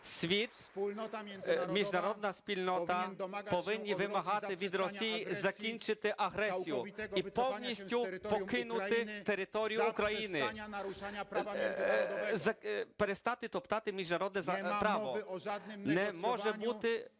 міжнародна спільнота повинні вимагати від Росії закінчити агресію і повністю покинути територію України, перестати топтати міжнародне право.